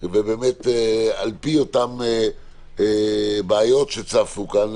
על פי אותן בעיות שצפו כאן,